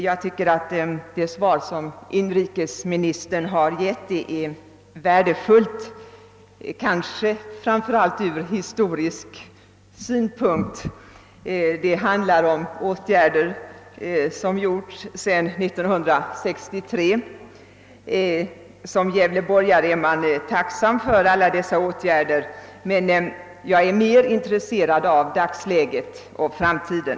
Jag tycker att inrikesministerns svar är värdefullt, framför allt kanske ur historisk synpunkt. Det handlar ju om åtgärder som vidtagits sedan 1963, och som gävleborgare är jag tacksam för alla de åtgärderna. Men jag är mera intresserad av dagsläget och framtiden.